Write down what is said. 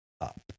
up